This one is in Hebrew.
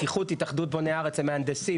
התאחדות בוני הארץ הם מהנדסים,